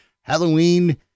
Halloween